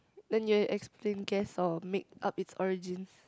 then you explain guess or make-up its origins